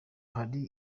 hari